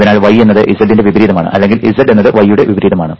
അതിനാൽ y എന്നത് Z ന്റെ വിപരീതമാണ് അല്ലെങ്കിൽ Z എന്നത് y യുടെ വിപരീതമാണ്